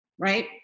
Right